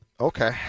Okay